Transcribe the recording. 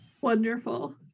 Wonderful